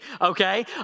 okay